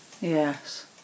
yes